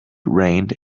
rained